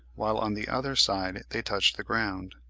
while, on the other side they touched the ground.